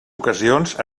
ocasions